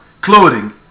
clothing